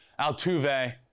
Altuve